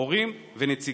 הורים ונציגים.